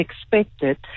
expected